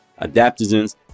adaptogens